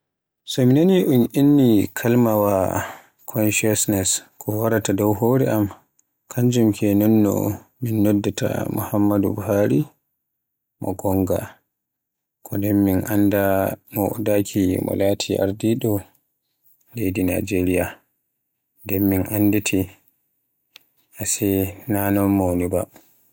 So mi nani kalima "consciousness" ko waraa ta dow hore am kanjum ke nonno min noddaata Muhammadu Buhari ko gonga, ko den min anndamo, daaki mo laati ardido leydi Najeriya nden min anditi ase na non mo woni ba.